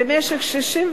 בבקשה,